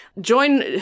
join